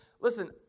listen